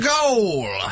Goal